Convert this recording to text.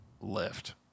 lift